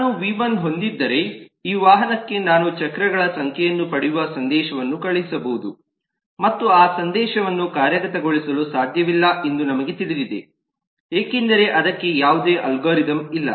ನಾನು ವಿ 1 ಹೊಂದಿದ್ದರೆ ಈ ವಾಹನಕ್ಕೆ ನಾನು ಚಕ್ರಗಳ ಸಂಖ್ಯೆಯನ್ನು ಪಡೆಯುವ ಸಂದೇಶವನ್ನು ಕಳುಹಿಸಬಹುದು ಮತ್ತು ಆ ಸಂದೇಶವನ್ನು ಕಾರ್ಯಗತಗೊಳಿಸಲು ಸಾಧ್ಯವಿಲ್ಲ ಎಂದು ನಮಗೆ ತಿಳಿದಿದೆ ಏಕೆಂದರೆ ಅದಕ್ಕೆ ಯಾವುದೇ ಅಲ್ಗಾರಿದಮ್ ಇಲ್ಲ